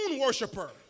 worshiper